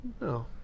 No